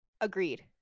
Agreed